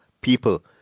people